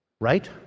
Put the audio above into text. right